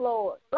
Lord